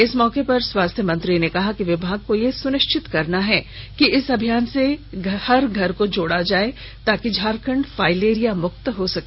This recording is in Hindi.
इस मौके पर स्वास्थ्य मंत्री ने कहा कि विभाग को यह सुनिश्चित करना है कि इस अभियान से हर घर को जोड़ा जाए ताकि झारखंड फाइलेरियामुक्त हो सके